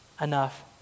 enough